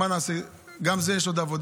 מה נעשה, גם זה, יש עוד עבודה.